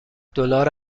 دلار